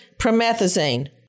promethazine